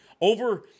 over